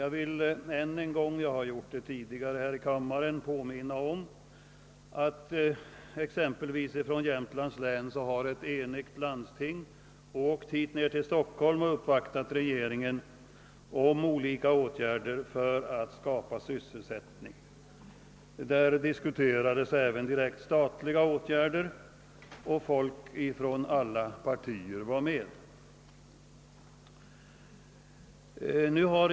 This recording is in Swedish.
Jag vill än en gång liksom jag tidigare gjort i denna kammare påminna om att ett enigt landsting från Jämtlands län i Stockholm uppvaktat regeringen om olika åtgärder för att skapa sysselsättning. Därvid diskuterades även direkt statliga åtgärder, och representanter för samtliga partier deltog.